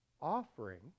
offering